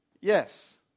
yes